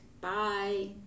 Bye